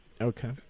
Okay